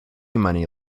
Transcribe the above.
money